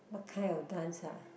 what kind of dance ah